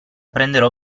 prenderò